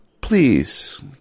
Please